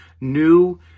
new